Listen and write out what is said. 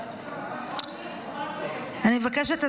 אני מבקשת,